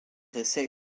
essai